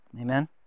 Amen